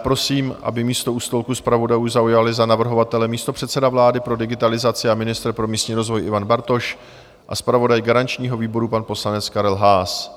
Prosím, aby místo u stolku zpravodajů zaujali za navrhovatele místopředseda vlády pro digitalizaci a ministr pro místní rozvoj Ivan Bartoš a zpravodaj garančního výboru pan poslanec Karel Haas.